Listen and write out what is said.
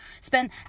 spend